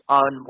on